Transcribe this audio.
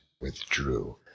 withdrew